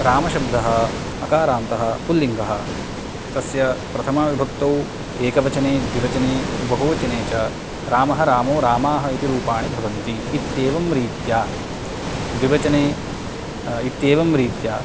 रामशब्दः अकारान्तः पुल्लिङ्गः तस्य प्रथमाविभक्तौ एकवचने द्विवचने बहुवचने च रामः रामौ रामाः इति रूपाणि भवन्ति इत्येवं रीत्या द्विवचने इत्येवं रीत्या